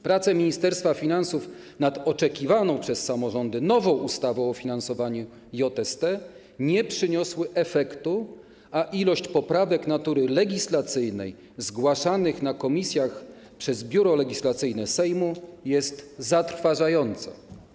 Prace Ministerstwa Finansów nad oczekiwaną przez samorządy nową ustawą o finansowaniu JST nie przyniosły efektu, a ilość poprawek natury legislacyjnej zgłaszanych w komisjach przez Biuro Legislacyjne Sejmu jest zatrważająca.